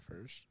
first